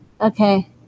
Okay